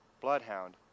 Bloodhound